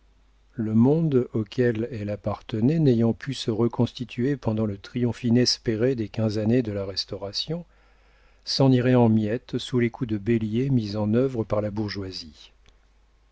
le monde auquel elle appartenait n'ayant pu se reconstituer pendant le triomphe inespéré des quinze années de la restauration s'en irait en miettes sous les coups de bélier mis en œuvre par la bourgeoisie